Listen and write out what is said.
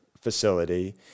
facility